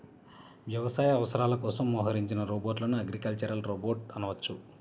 వ్యవసాయ అవసరాల కోసం మోహరించిన రోబోట్లను అగ్రికల్చరల్ రోబోట్ అనవచ్చు